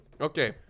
Okay